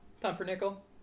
Pumpernickel